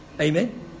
Amen